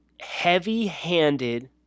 heavy-handed